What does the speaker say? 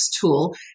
tool